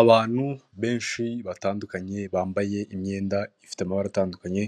Abantu benshi batandukanye bambaye imyenda ifite amabara atandukanye